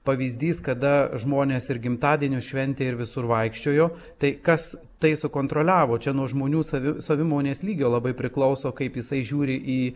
pavyzdys kada žmonės ir gimtadienius šventė ir visur vaikščiojo tai kas tai sukontroliavo čia nuo žmonių savi savimonės lygio labai priklauso kaip jisai žiūri į